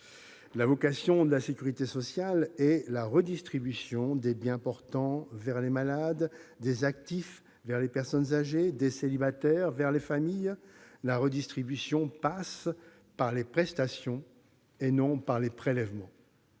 La vocation de la sécurité sociale est la redistribution ; la redistribution des bien-portants vers les malades, des actifs vers les personnes âgées, des célibataires vers les familles. Cette redistribution passe par les prestations et non par les prélèvements.